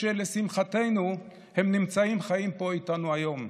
ושלשמחתנו הם נמצאים חיים פה איתנו היום.